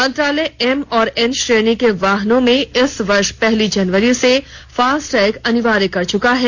मंत्रालय एम और एन श्रेणी के वाहनों में इस वर्ष पहली जनवरी से फास्टैग अनिवार्य कर चुका है